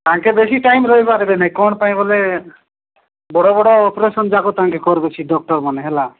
ତାଙ୍କେ ବେଶୀ ଟାଇମ୍ ରହିପାରିବେ ନାହିଁ କ'ଣ ପାଇଁ ଗୋଲେ ବଡ଼ ବଡ଼ ଅପରେସନ ଯାକ ତାଙ୍କେ କରିବାର ଅଛି ଡକ୍ଟରମାନେ ହେଲା